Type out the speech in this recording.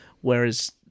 whereas